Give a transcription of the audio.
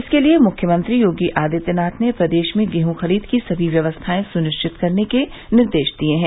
इसके लिये मुख्यमंत्री योगी आदित्यनाथ ने प्रदेश में गेहूं खरीद की समी व्यवस्थाएं सुनिश्चित करने के निर्देश दिये है